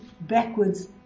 backwards